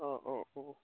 অঁ অঁ অঁ